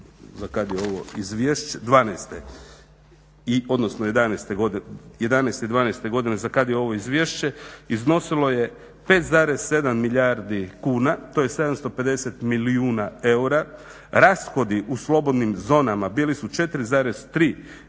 za kada je ovo izvješće 2011.i 2012.godine za kada je ovo izvješće iznosilo je 5,7 milijardi kuna, to je 750 milijuna eura. Rashodi u slobodnim zonama bili su 4,3 milijarde